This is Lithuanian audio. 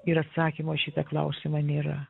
ir atsakymo į šitą klausimą nėra